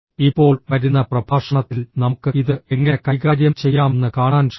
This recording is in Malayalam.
ഇപ്പോൾ വരുന്ന പ്രഭാഷണത്തിൽ നമുക്ക് ഇത് എങ്ങനെ കൈകാര്യം ചെയ്യാമെന്ന് കാണാൻ ശ്രമിക്കും